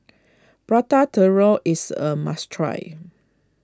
Prata Telur is a must try